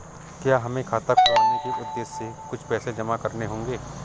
क्या हमें खाता खुलवाने के उद्देश्य से कुछ पैसे जमा करने होंगे?